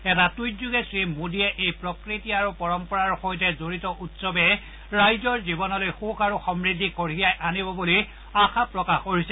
এটা টুইট যোগে শ্ৰীমোদীয়ে এই প্ৰকৃতি আৰু পৰম্পৰাৰ সৈতে জড়িত উৎসৱে ৰাইজৰ জীৱনলৈ সুখ আৰু সমূদ্ধি কঢ়িয়াই আনিব বুলি আশা প্ৰকাশ কৰিছে